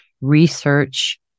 research